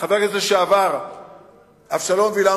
חבר הכנסת לשעבר אבשלום וילן,